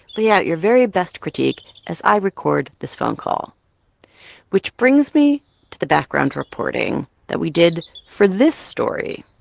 lay out your very best critique as i record this phone call which brings me to the background reporting that we did for this story